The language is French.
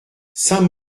saint